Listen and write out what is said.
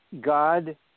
God